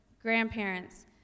grandparents